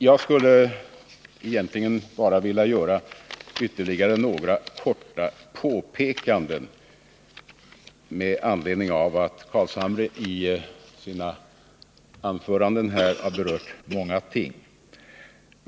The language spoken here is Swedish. Jag skulle vilja göra ytterligare några korta påpekanden med anledning av att herr Carlshamre i sina anföranden har berört många ting.